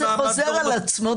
זה חוזר על עצמו.